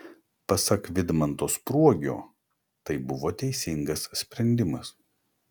pasak vidmanto spruogio tai buvo teisingas sprendimas